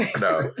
no